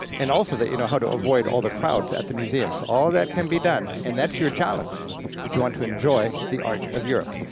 and also that you know how to avoid all the crowds at the museums, all that can be done, and that's your challenge if you want to enjoy the art of europe.